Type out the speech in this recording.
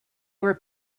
were